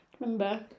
Remember